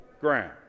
ground